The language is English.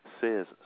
says